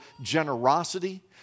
generosity